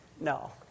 No